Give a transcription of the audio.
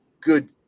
good